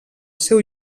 seu